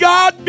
God